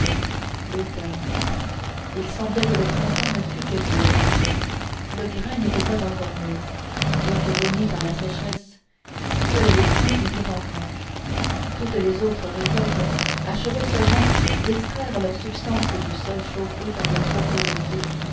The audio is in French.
l'automne il semblait que le printemps ne fût que d'hier le grain n'était pas encore mûr bien que jauni par la sécheresse seuls les foins étaient en grange toutes les autres récoltes achevaient seulement d'extraire leur substance du sol chauffé par le trop